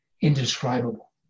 indescribable